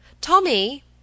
Tommy